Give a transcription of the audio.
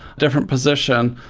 different position,